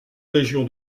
région